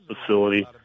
facility